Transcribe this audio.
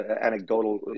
anecdotal